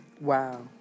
Wow